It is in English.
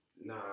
Nah